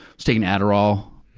was taking adderall,